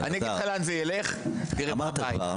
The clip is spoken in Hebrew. אני אגיד לך לאן זה יילך --- אמרת כבר.